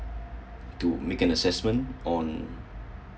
to make an assessment on